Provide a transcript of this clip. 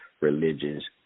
religions